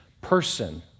person